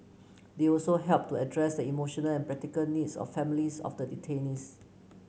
they also helped to address the emotional and practical needs of families of the detainees